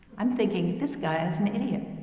i'm thinking, this guy is an idiot.